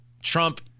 Trump